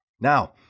Now